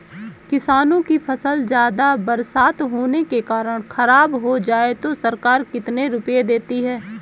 किसानों की फसल ज्यादा बरसात होने के कारण खराब हो जाए तो सरकार कितने रुपये देती है?